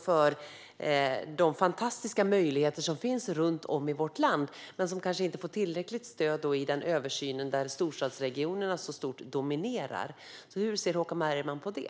Men det gäller också de fantastiska möjligheter som finns runt om i vårt land, men som kanske inte får tillräckligt stöd i den översyn där storstadsregionerna dominerar. Hur ser Håkan Bergman på det?